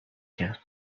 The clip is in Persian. کرد